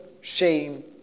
shame